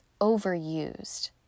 overused